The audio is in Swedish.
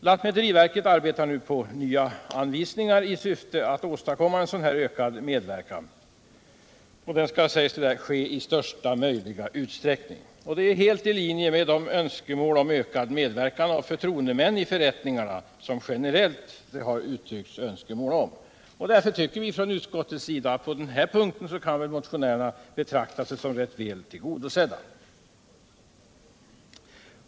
Lantmäteriverket arbetar nu på nya anvisningar i syfte att i största möjliga utsträckning åstadkomma en ökad medverkan av gode män. Detta är helt i linje med de önskemål om ökad medverkan av förtroendemän i förrättningarna som generellt har uttryckts. Därför tycker utskottsmajoriteten att motionärerna på denna punkt kan betrakta sig som rätt väl tillgodosedda.